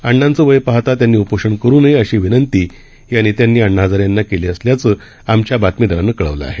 अण्णांचंवयपाहता त्यांनी उपोषण करून ये अशी विनंती यानेत्यांनीअण्णाहजारेयांनाकेलीअसल्याचंआमच्याबातमीदारानंकळवलंआहे